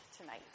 tonight